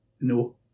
No